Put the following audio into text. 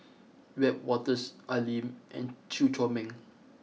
Wiebe Wolters Al Lim and Chew Chor Meng